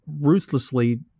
ruthlessly